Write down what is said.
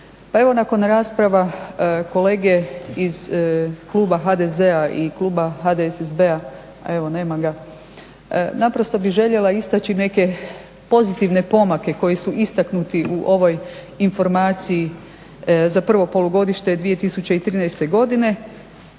pa evo nakon rasprava kolege iz kluba HDZ-a i kluba HDSSB-a, evo nema ga, naprosto bih željela istaći neke pozitivne pomake koji su istaknuti u ovoj informaciji za prvo polugodište 2013. godine